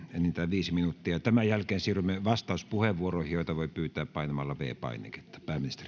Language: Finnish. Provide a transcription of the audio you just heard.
viisi minuuttia ja tämän jälkeen siirrymme vastauspuheenvuoroihin joita voi pyytää painamalla viides painiketta